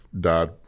died